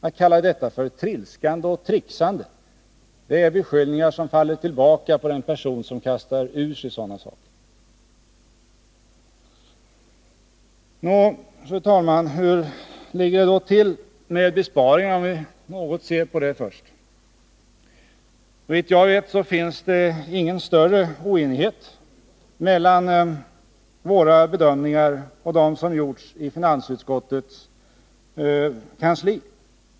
Att kalla detta för ett trixande och trilskande faller tillbaka på den person som kastar ur sig sådana omdömen. Nå, hur ligger det då till med besparingarna? Såvitt jag vet är det ingen större skillnad mellan våra bedömningar och de bedömningar som har gjorts i finansutskottets kansli.